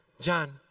John